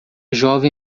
jovem